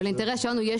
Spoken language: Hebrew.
לאינטרס שלנו יש